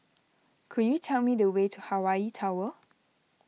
could you tell me the way to Hawaii Tower